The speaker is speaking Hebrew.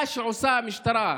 מה שעושה המשטרה,